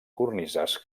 cornises